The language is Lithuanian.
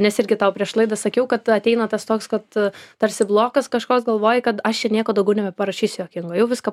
nes irgi tau prieš laidą sakiau kad ateina tas toks kad tarsi blokas kažkoks galvoji kad aš nieko daugiau nebeparašysiu juokingo jau viską